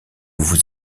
vous